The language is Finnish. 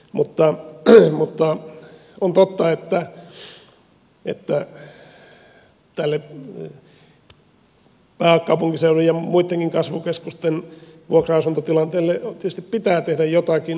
on totta että tälle pääkaupunkiseudun ja muittenkin kasvukeskusten vuokra asuntotilanteelle tietysti pitää tehdä jotakin